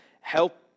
help